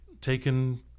taken